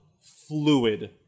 Fluid